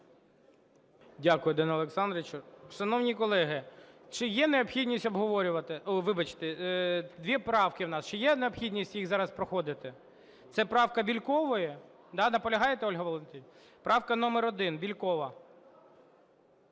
Дякую, Данило Олександровичу. Шановні колеги, чи є необхідність обговорювати? Вибачте. Є правки в нас. Чи є необхідність їх зараз проходити? Це правка Бєлькової? Да, наполягаєте, Ольга Валентинівна? Правка номер 1, Бєлькова.